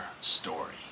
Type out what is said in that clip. story